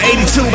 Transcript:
82